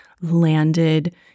landed